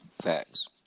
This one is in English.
Facts